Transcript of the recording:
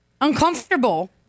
Uncomfortable